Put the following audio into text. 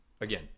again